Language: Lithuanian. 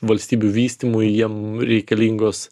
valstybių vystymui jiem reikalingos